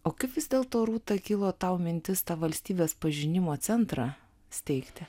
o kaip vis dėlto rūta kilo tau mintis tą valstybės pažinimo centrą steigti